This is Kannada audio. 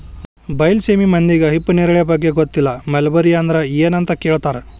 ಬೈಲಸೇಮಿ ಮಂದಿಗೆ ಉಪ್ಪು ನೇರಳೆ ಬಗ್ಗೆ ಗೊತ್ತಿಲ್ಲ ಮಲ್ಬೆರಿ ಅಂದ್ರ ಎನ್ ಅಂತ ಕೇಳತಾರ